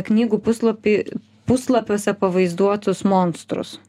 knygų puslapį puslapiuose pavaizduotus monstrus